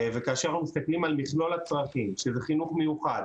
וכאשר אנחנו מסתכלים על מכלול הצרכים שזה חינוך מיוחד,